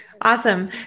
Awesome